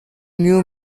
new